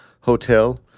hotel